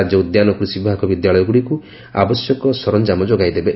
ରାଜ୍ୟ ଉଦ୍ୟାନ କୃଷି ବିଭାଗ ବିଦ୍ୟାଳୟଗୁଡ଼ିକୁ ଆବଶ୍ୟକ ସରଞାମ ଯୋଗାଇ ଦେବେ